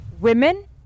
Women